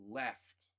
left